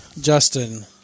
Justin